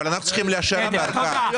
אבל אנחנו צריכים לאשר את הארכה.